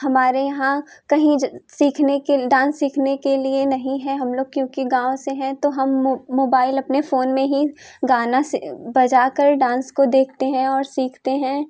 हमारे यहाँ कहीं ज सीखने के डांस सीखने के लिए नहीं है हम लोग क्योंकि गाँव से हैं तो हम म मोबाइल अपने फ़ोन में ही गाना से बजाकर डांस को देखते हैं और सीखते हैं